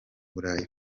burayi